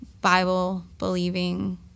Bible-believing